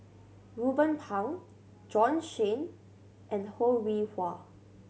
Ruben Pang Bjorn Shen and Ho Rih Hwa